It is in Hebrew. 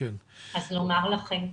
אז לומר לכם תודה.